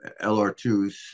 LR2s